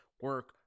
Work